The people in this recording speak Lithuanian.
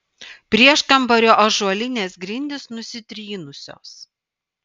prieškambario ąžuolinės grindys nusitrynusios